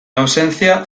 ausencia